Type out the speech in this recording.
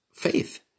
faith